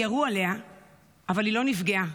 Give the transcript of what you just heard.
כי ירו עליה אבל היא לא נפגעה.